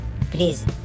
Please